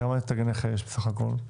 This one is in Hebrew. כמה תגי נכה יש בסך הכול?